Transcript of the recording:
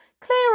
Clear